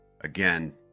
again